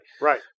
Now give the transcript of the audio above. right